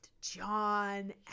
john